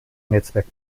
netzwerk